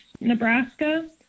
Nebraska